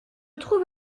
trouve